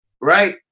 Right